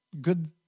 good